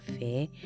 fair